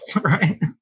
Right